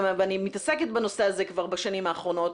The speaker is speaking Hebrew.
ואני מתעסקת בנושא הזה בשנים האחרונות,